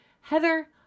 Heather